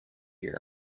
year